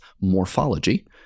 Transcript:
morphology